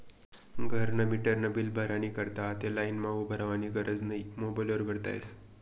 घरना मीटरनं बील भरानी करता आते लाईनमा उभं रावानी गरज नै मोबाईल वर भरता यस